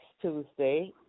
Tuesday